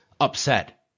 upset